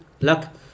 luck